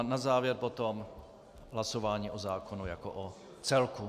Na závěr potom hlasování o zákona jako o celku.